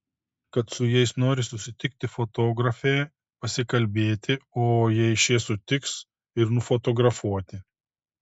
kad su jais nori susitikti fotografė pasikalbėti o jei šie sutiks ir nufotografuoti